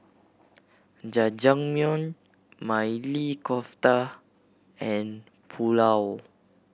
Jajangmyeon Maili Kofta and Pulao